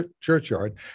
Churchyard